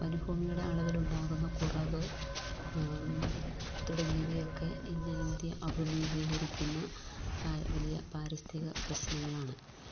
വനഭൂമിയുടെ അളവിലുണ്ടാകുന്ന കുറവ് തുടങ്ങിയവയൊക്കെ ഇന്ന് ഇന്ത്യ അഭിമുഖീകരിക്കുന്ന വലിയ പാരിസ്ഥിക പ്രശ്നങ്ങളാണ്